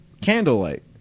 candlelight